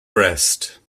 brest